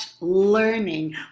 learning